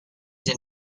did